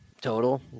Total